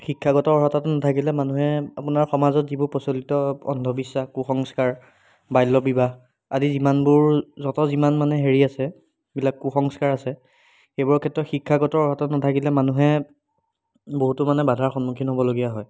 শিক্ষাগত অৰ্হতাটো নাথাকিলে মানুহে আপোনাৰ সমাজত যিবোৰ প্ৰচলিত অন্ধবিশ্বাস কু সংস্কাৰ বাল্যবিবাহ আদি যিমানবোৰ যত যিমান মানে হেৰি আছে এইবিলাক কু সংস্কাৰ আছে এইবোৰৰ ক্ষেত্ৰত শিক্ষাগত অৰ্হতা নাথাকিলে মানুহে বহুতো মানে বাধাৰ সন্মুখীন হ'বলগীয়া হয়